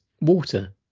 water